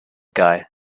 guy